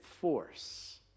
force